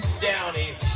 downey